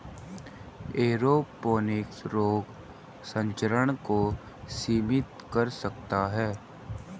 aeroponics रोग संचरण को सीमित कर सकता है